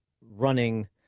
running